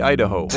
Idaho